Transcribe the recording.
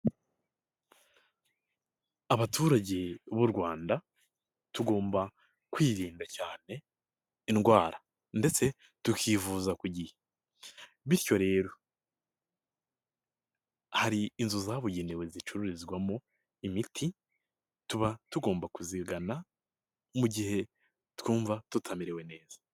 Abaturage b'u Rwanda tugomba kwirinda cyane indwara ndetse tukivuza ku gihe, bityo rero hari inzu zabugenewe zicururizwamo imiti tuba tugomba kuzigana mu gihe twumva tutamerewe neza.